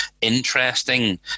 interesting